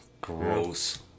Gross